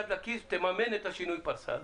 שתכניס יד לכיס ותממן את שינוי הפרסה הזה.